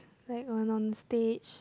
like on on stage